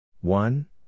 One